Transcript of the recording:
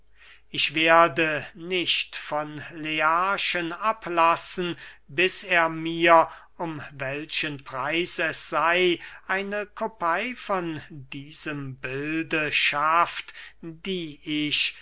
ich werde nicht von learchen ablassen bis er mir um welchen preis es sey eine kopey von diesem bilde schafft die ich